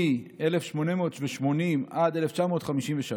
מ-1880 עד 1953,